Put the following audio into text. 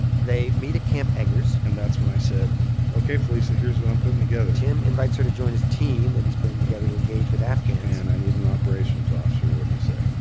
they meet at camp eggers and that's when i said ok, felisa, here's what i'm putting together tim invites her to join his team that he's putting together to engage with afghans and i need an operations officer. do you say?